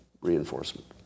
reinforcement